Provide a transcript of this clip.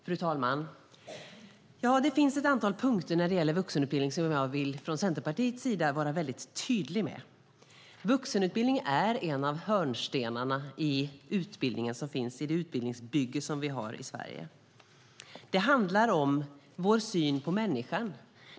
Fru talman! Det finns ett antal punkter när det gäller vuxenutbildning som jag från Centerpartiets sida vill vara väldigt tydlig med. Vuxenutbildning är en av hörnstenarna i det utbildningsbygge som vi har i Sverige. Det handlar om vår syn på människan.